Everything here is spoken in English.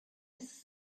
his